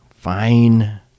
Fine